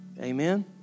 Amen